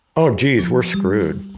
oh geez we're screwed!